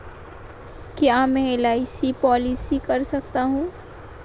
क्या मैं LIC policy कर सकता हूं?